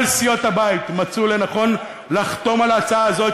כל סיעות הבית מצאו לנכון לחתום על ההצעה הזאת